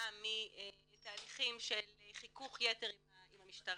כתוצאה מתהליכים של חיכוך יתר עם המשטרה,